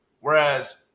whereas